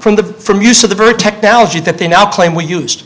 from the from use of the bird technology that they now claim we used